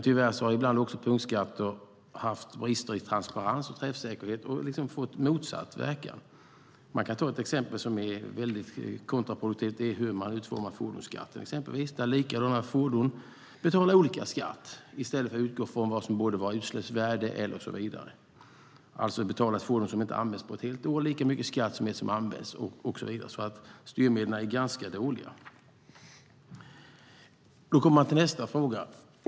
Tyvärr har ibland också punktskatter haft brister i transparens och träffsäkerhet och fått motsatt verkan. Ett exempel på kontraproduktivitet är hur man utformar fordonsskatten och att det är lika skatt för likadana fordon i stället för att utgå från vad som borde vara utsläppsvärde eller liknande. Alltså är det samma skatt för fordon som inte används på ett helt år som för ett som används. Styrmedlen är alltså ganska dåliga. Så kommer vi till nästa fråga.